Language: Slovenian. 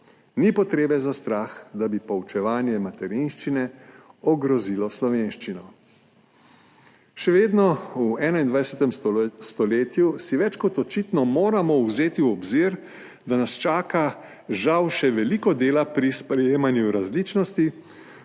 Ni potrebe za strah, da bi poučevanje materinščine ogrozilo slovenščino. Še vedno v 21. stoletju več kot očitno moramo vzeti v obzir, da nas čaka, žal, še veliko dela pri sprejemanju različnosti,